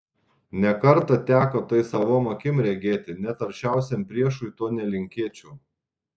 ne kartą teko tai savom akim regėti net aršiausiam priešui to nelinkėčiau